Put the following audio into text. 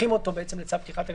והופכים אותו לצו פתיחת הליכים.